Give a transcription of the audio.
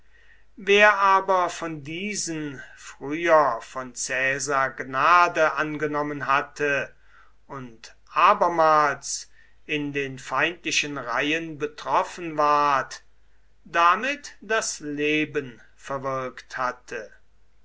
wer aber von diesen früher von caesar gnade angenommen hatte und abermals in den feindlichen reihen betroffen ward damit das leben verwirkt hatte